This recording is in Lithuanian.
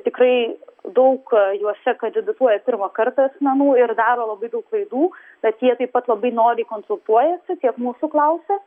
tikrai daug juose kandidatuoja pirmą kartą asmenų ir daro labai daug klaidų bet jie taip pat labai noriai konsultuojasi tiek mūsų klausia